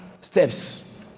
steps